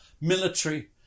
military